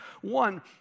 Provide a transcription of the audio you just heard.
One